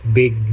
big